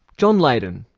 john leyden.